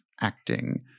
acting